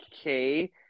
okay